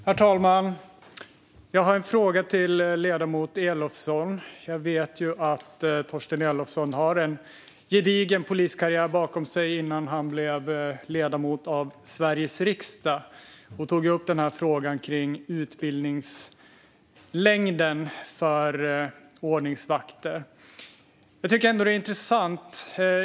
Herr talman! Jag har en fråga till ledamoten Torsten Elofsson. Jag vet att han har en gedigen politisk karriär bakom sig innan han blev ledamot av Sveriges riksdag och tog upp frågan om utbildningslängd för ordningsvakter. Jag tycker att det är intressant.